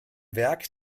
werk